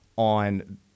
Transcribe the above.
on